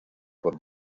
por